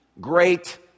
great